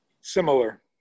similar